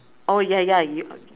oh ya ya y~